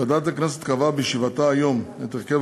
ועדת הכנסת קבעה בישיבתה היום את הרכב